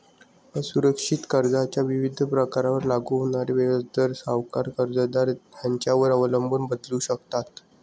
असुरक्षित कर्जाच्या विविध प्रकारांवर लागू होणारे व्याजदर सावकार, कर्जदार यांच्यावर अवलंबून बदलू शकतात